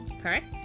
Correct